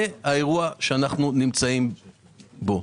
זה האירוע שאנחנו נמצאים בו.